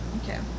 okay